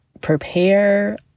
prepare